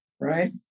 Right